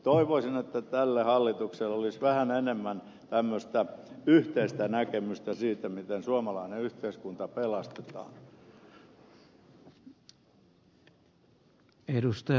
toivoisin että tällä hallituksella olisi vähän enemmän yhteistä näkemystä siitä miten suomalainen yhteiskunta pelastetaan